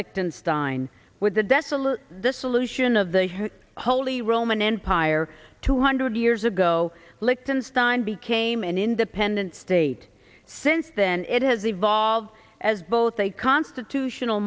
liechtenstein with the desolate dissolution of the holy roman empire two hundred years ago lichtenstein became an independent state since then it has evolved as both a constitutional